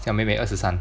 小妹妹二十三